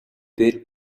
бээр